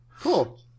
cool